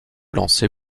lancer